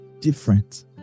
different